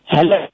Hello